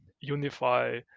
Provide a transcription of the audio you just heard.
unify